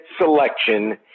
selection